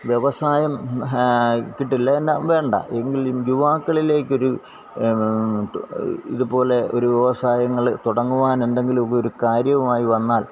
വ്യവസായം കിട്ടീല്ലേ ന്റെ വേണ്ട എങ്കിലും യുവാക്കളിലേക്കൊരു ഇത്പോലെ ഒരു വ്യവസായങ്ങള് തുടങ്ങുവാന് എന്തെങ്കിലുമൊക്കെ ഒരു കാര്യവുമായി വന്നാല്